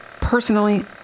Personally